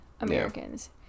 Americans